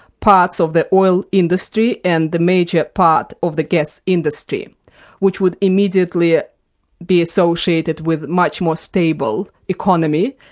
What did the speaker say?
parts of the oil industry and the major part of the gas industry, which would immediately ah be associated with much more stable economy.